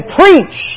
preach